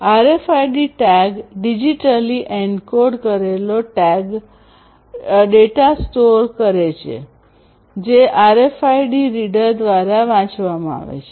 RFID tag digitally encode કરેલો data store કરે છે જે આરએફઆઇડી રીડર દ્વારા વાંચવામાં આવે છે